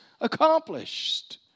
accomplished